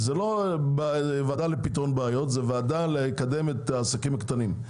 זה לא ועדה לפתרון בעיות אלא ועדה לקידום העסקים הקטנים.